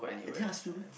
I didn't ask you